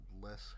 less